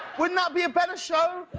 wouldn't that be a better show.